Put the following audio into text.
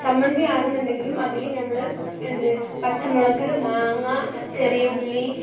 ചമ്മന്തിയാണെന്നുണ്ടെങ്കിലും അതിൽ ഞമ്മൾ എന്ത് പച്ചമുളക് മാങ്ങാ ചെറിയ ഉള്ളി